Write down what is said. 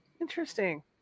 Interesting